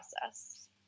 process